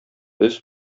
без